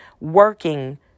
working